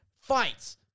fights